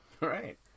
Right